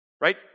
Right